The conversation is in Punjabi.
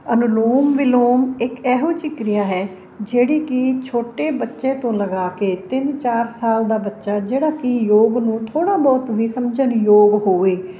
ਅਨੁਲੋਮ ਵਿਲੋਮ ਇਕ ਇਹੋ ਜਿਹੀ ਕਿਰਿਆ ਹੈ ਜਿਹੜੀ ਕਿ ਛੋਟੇ ਬੱਚੇ ਤੋਂ ਲਗਾ ਕੇ ਤਿੰਨ ਚਾਰ ਸਾਲ ਦਾ ਬੱਚਾ ਜਿਹੜਾ ਕਿ ਯੋਗ ਨੂੰ ਥੋੜ੍ਹਾ ਬਹੁਤ ਵੀ ਸਮਝਣ ਯੋਗ ਹੋਵੇ